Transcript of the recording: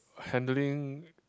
handling